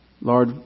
Lord